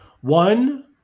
One